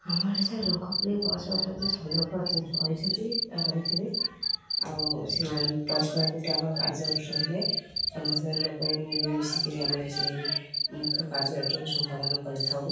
ଆମ ଓଡ଼ିଶାରେ ଲୋକପ୍ରିୟ ପରସ୍ପର ସହିତ ସଂଯୋଗ ରହିଛନ୍ତି ବା ରହିଥିବେ ଆଉ ସେମାନେ ପରସ୍ପର ଗୋଟେ ଆମର କାର୍ଯ୍ୟ ଅନୁଷ୍ଠାନ ହେଲେ ସମସ୍ତେ ଲୋକ ମିଳିମିଶି କିରି ଆମେ ସେଇ ମୁଖ୍ୟ କାର୍ଯ୍ୟଟିକୁ ସମ୍ପାଦନ କରିଥାଉ